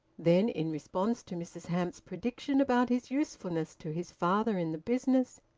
then, in response to mrs hamps's prediction about his usefulness to his father in the business,